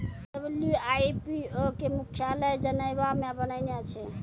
WIPO के मुख्यालय Geneva मे बनैने छै